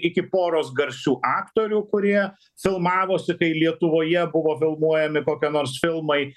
iki poros garsių aktorių kurie filmavosi kai lietuvoje buvo filmuojami kokie nors filmai